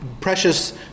precious